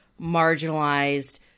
marginalized